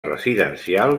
residencial